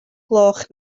gloch